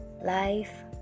life